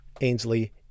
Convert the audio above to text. Ainsley